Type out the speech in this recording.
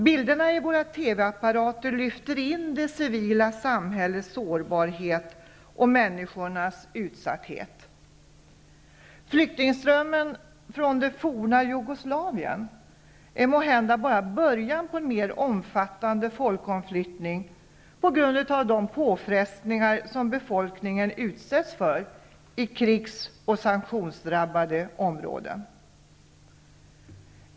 Bilderna i våra TV-apparater lyfter in det civila samhällets sårbarhet och människornas utsatthet i våra vardagsrum. Flyktingströmmen från det forna Jugoslavien är måhända bara början på en mer omfattande folkomflyttning på grund av de påfrestningar som befolkningen utsätts för i krigs och sanktionsdrabbade områden.